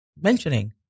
mentioning